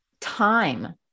time